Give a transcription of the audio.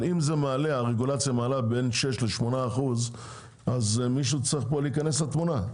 אבל אם הרגולציה מעלה בין 6% ל-8% אז מישהו צריך פה להיכנס לתמונה.